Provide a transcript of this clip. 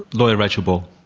lawyer rachel ball?